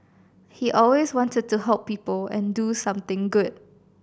he always wanted to help people and do something good